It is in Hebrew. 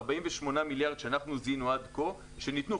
את ה-48 מיליארד שאנחנו זיהינו עד כה שניתנו,